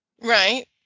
Right